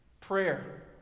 Prayer